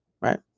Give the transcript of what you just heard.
right